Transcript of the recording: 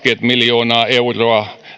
miljoonaa euroa